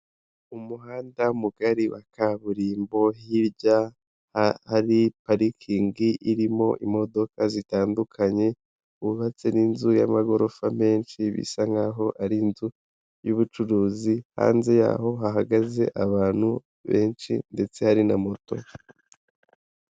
Umuhanda mugari wa kaburimbo, hirya hari parikingi irimo imodoka zitandukanye, hubatse n'inzu y'amagorofa menshi, bisa nk'aho ari inzu y'ubucuruzi, hanze yaho hahagaze abantu benshi, ndetse hari na moto.